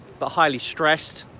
but highly stressed,